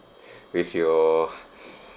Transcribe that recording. with your